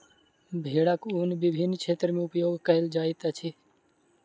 भेड़क ऊन विभिन्न क्षेत्र में उपयोग कयल जाइत अछि